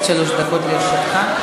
עד שלוש דקות לרשותך.